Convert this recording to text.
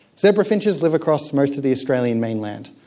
zebra finches live across most of the australian mainland,